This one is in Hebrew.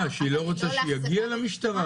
היא לא רוצה שזה יגיע למשטרה.